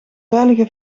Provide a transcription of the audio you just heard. veilige